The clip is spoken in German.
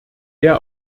der